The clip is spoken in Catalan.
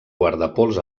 guardapols